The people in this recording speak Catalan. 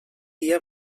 dia